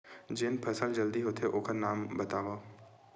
जेन फसल जल्दी होथे ओखर नाम बतावव?